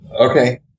Okay